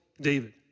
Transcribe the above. David